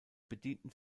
bedienten